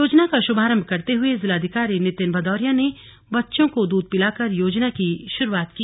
योजना का शुभारंभ करते हुए जिलाधिकारी नितिन भदौरिया ने बच्चों को दूध पिलाकर योजना की शुरूआत की